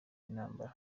intambara